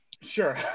Sure